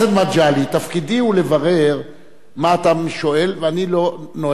תפקידי הוא לברר מה אתה שואל ואני לא נוהג לשאול,